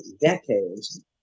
decades